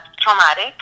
traumatic